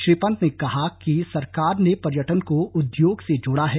श्री पन्त ने कहा कि सरकार ने पर्यटन को उद्योग से जोड़ा है